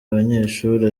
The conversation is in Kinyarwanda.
abanyeshuri